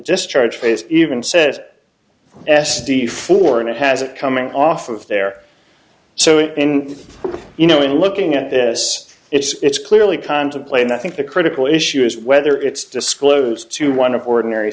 discharge phase even says s d four and it has it coming off of there so in you know in looking at this it's clearly contemplating i think the critical issue is whether it's disclosed to one of ordinary